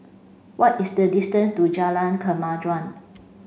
what is the distance to Jalan Kemajuan